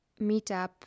meetup